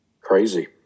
Crazy